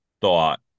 thought